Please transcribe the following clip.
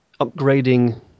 Upgrading